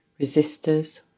resistors